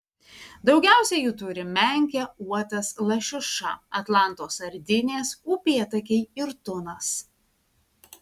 daugiausiai jų turi menkė uotas lašiša atlanto sardinės upėtakiai ir tunas